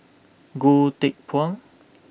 Goh Teck Phuan